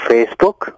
Facebook